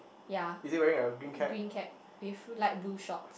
ya green cap with light blue shorts